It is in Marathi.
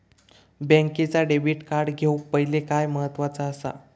बँकेचा डेबिट कार्ड घेउक पाहिले काय महत्वाचा असा?